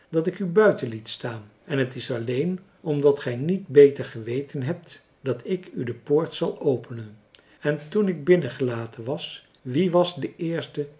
dat ik u buiten liet staan en het is alleen omdat gij niet beter geweten hebt dat ik u de deur zal openen en toen ik binnengelaten was wie was de eerste